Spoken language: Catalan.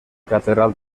catedral